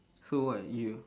so what you